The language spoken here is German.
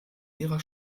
ihrer